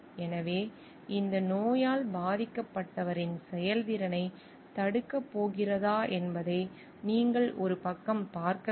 எனவே இந்த நோயால் பாதிக்கப்பட்டவரின் செயல்திறனைத் தடுக்கப் போகிறதா என்பதை நீங்கள் ஒரு பக்கம் பார்க்க வேண்டும்